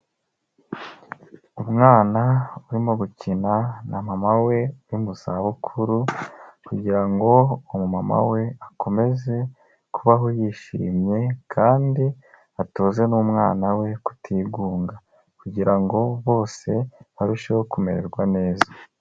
Umwana urimo gukina na mama we uri mu zabukuru, kugira ngo umumama we akomeze kubaho yishimye kandi atoze n'umwana we kutigunga, kugira ngo bose barusheho kumererwa neza.